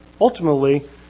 ultimately